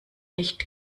nicht